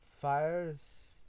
fires